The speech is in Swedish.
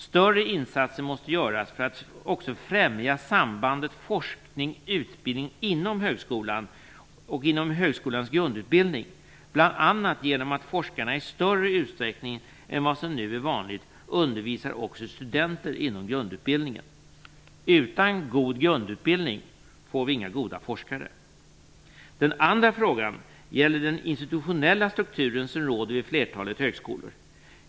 Större insatser måste göras för att också främja sambandet forskning-utbildning inom högskolan och inom högskolans grundutbildning bl.a. genom att forskarna i större utsträckning än som nu är vanligt undervisar också studenter inom grundutbildningen. Utan god grundutbildning får vi inga goda forskare. Den andra frågan gäller den institutionella struktur som råder vid flertalet högskolor.